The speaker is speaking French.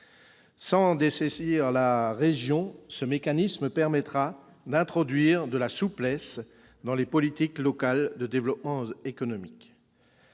Sans dessaisir la région, un tel mécanisme permettra d'introduire de la souplesse dans les politiques locales de développement économique.